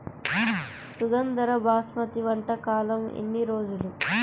సుగంధ బాస్మతి పంట కాలం ఎన్ని రోజులు?